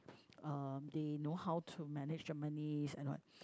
um they know how to manage the moneys and what